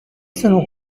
sono